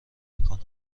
میکنن